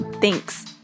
Thanks